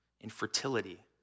infertility